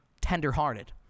tenderhearted